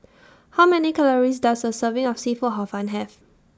How Many Calories Does A Serving of Seafood Hor Fun Have